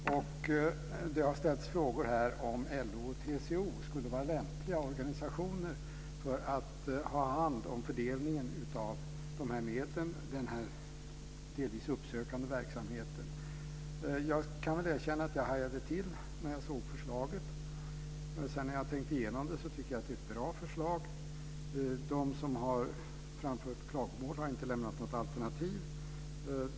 Det har ställts frågor här om LO och TCO skulle vara lämpliga organisationer för att ha hand om fördelningen av dessa medel och denna delvis uppsökande verksamhet. Jag kan erkänna att jag hajade till när jag såg förslaget. Efter att ha tänkt igenom det tycker jag att det är ett bra förslag. De som har framfört klagomål har inte lämnat något alternativ.